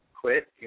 Quit